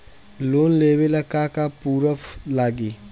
Loan लेबे ला का का पुरुफ लागि?